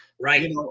Right